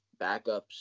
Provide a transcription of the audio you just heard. backups